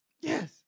Yes